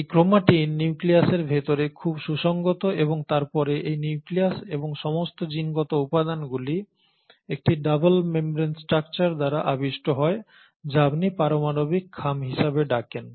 এই ক্রোমাটিন নিউক্লিয়াসের ভিতরে খুব সুসংগত এবং তারপরে এই নিউক্লিয়াস এবং সমস্ত জিনগত উপাদানগুলি একটি ডাবল মেমব্রেন স্ট্রাকচার দ্বারা আবিষ্ট হয় যা আপনি পারমাণবিক খাম হিসাবে ডাকেন